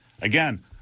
again